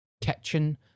kitchen